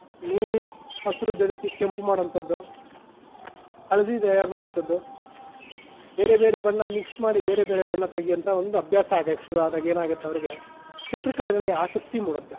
ನೀಲಿ ಹಸಿರು ಬೆರೆಸಿ ಕೆಂಪು ಮಾಡೋವಂಥದ್ದು ಹಳದಿ ತಯಾರು ಮಾಡೋವಂಥದ್ದು ಬೇರೆ ಬೇರೆ ಬಣ್ಣ ಮಿಕ್ಸ್ ಮಾಡಿ ಬೇರೆ ಬೇರೆ ಬಣ್ಣ ತೆಗೆಯೋಂಥ ಒಂದು ಅಭ್ಯಾಸ ಆಗೋಕೆ ಶುರು ಆದಾಗ ಏನಾಗುತ್ತವ್ರಿಗೆ ಚಿತ್ರಕಲೆನಲ್ಲಿ ಆಸಕ್ತಿ ಮೂಡುತ್ತೆ